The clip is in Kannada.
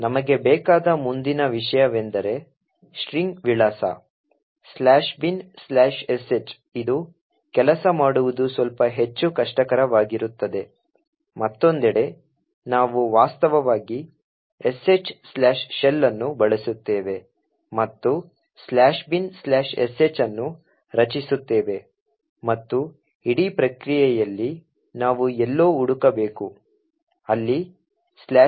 ನಮಗೆ ಬೇಕಾದ ಮುಂದಿನ ವಿಷಯವೆಂದರೆ ಸ್ಟ್ರಿಂಗ್ ವಿಳಾಸ binsh ಇದು ಕೆಲಸ ಮಾಡುವುದು ಸ್ವಲ್ಪ ಹೆಚ್ಚು ಕಷ್ಟಕರವಾಗಿರುತ್ತದೆ ಮತ್ತೊಂದೆಡೆ ನಾವು ವಾಸ್ತವವಾಗಿ shshell ಅನ್ನು ಬಳಸುತ್ತೇವೆ ಮತ್ತು binsh ಅನ್ನು ರಚಿಸುತ್ತೇವೆ ಮತ್ತು ಇಡೀ ಪ್ರಕ್ರಿಯೆಯಲ್ಲಿ ನಾವು ಎಲ್ಲೋ ಹುಡುಕಬೇಕು ಅಲ್ಲಿ binsh ಇರುತ್ತದೆ